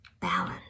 balance